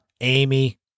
Amy